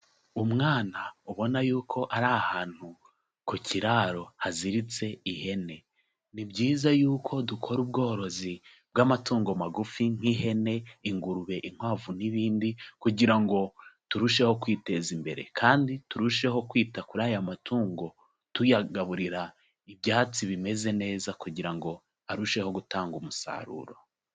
Umwana ubona yuko ari ahantu ku kiraro haziritse ihene, ni byiza yuko dukora ubworozi bw'amatungo magufi nk'ihene, ingurube, inkwavu n'ibindi kugira ngo turusheho kwiteza imbere kandi turusheho kwita kuri aya matungo tuyagaburira ibyatsi bimeze neza kugira ngo arusheho gutanga umusaruro.